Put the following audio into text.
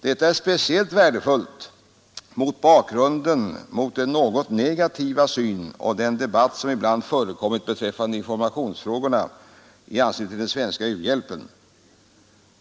Detta är speciellt värdefullt mot bakgrunden av den något negativa syn och den debatt som ibland förekommit beträffande informationsfrågorna i anslutning till den svenska u-hjälpen.